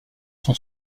son